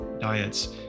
diets